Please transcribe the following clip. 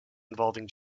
involving